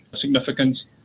significance